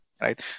Right